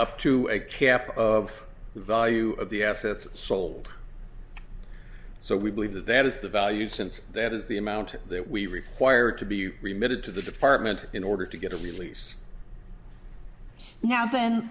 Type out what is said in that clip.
up to a cap of the value of the assets sold so we believe that that is the value since that is the amount that we require to be remitted to the department in order to get a release now then